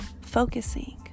focusing